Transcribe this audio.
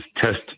test